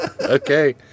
Okay